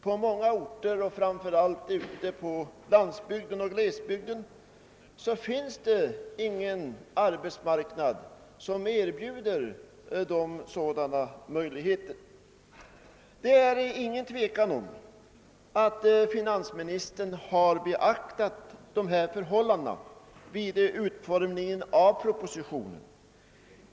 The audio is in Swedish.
På många orter, framför allt ute på landsbygden, särskilt i glesbygder, finns ingen arbetsmarknad som erbjuder möjligheter för en hemmafru att få förvärvsarbete. Det är ingen tvekan om att finansministern har beaktat dessa förhållanden vid utformningen av propositionen.